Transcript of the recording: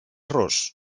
rus